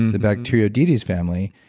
the bacteria, dds family.